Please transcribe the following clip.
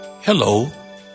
Hello